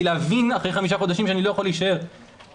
להבין אחרי חמישה חודשים שאני לא יכול להישאר שם.